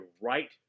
right